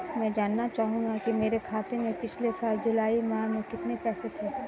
मैं जानना चाहूंगा कि मेरे खाते में पिछले साल जुलाई माह में कितने पैसे थे?